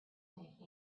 make